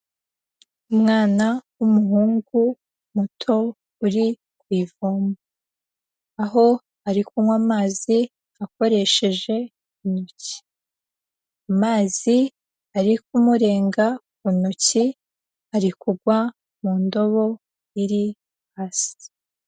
Umwana w'umuhungu muto uri ku ivomo, aho ari kunywa amazi akoresheje intoki, amazi ari kumurenga ku ntoki ari kugwa mu ndobo iri hasi.